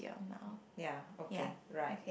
ya okay right